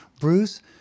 Bruce